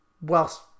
whilst